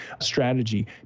strategy